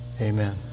Amen